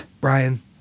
Brian